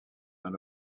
dans